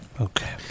okay